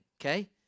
okay